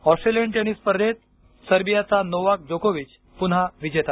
Australian tennis स्पर्धेत सर्बियाचा Novak जोकोविच पुन्हा विजेता